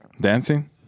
dancing